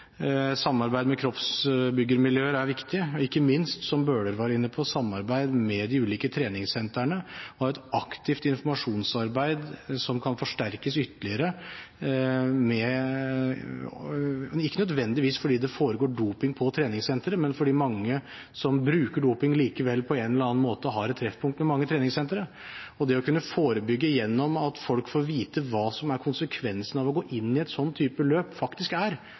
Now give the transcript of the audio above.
Samarbeid med kroppsbyggermiljøer og ikke minst, som Jan Bøhler var inne på, samarbeid med de ulike treningssentrene er viktig – og å ha et aktivt informasjonsarbeid som kan forsterkes ytterligere, ikke nødvendigvis fordi det foregår doping på treningssenteret, men fordi mange som bruker doping, likevel på en eller annen måte har et treffpunkt med mange treningssentre. Det å kunne forebygge gjennom at folk får vite hva konsekvensen av å gå inn i en slik type løp faktisk er, før de har begynt på det, er